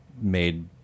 made –